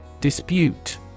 Dispute